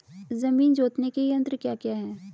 जमीन जोतने के यंत्र क्या क्या हैं?